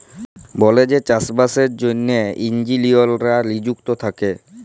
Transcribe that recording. বলেযে চাষে বাসের জ্যনহে ইলজিলিয়াররা লিযুক্ত থ্যাকে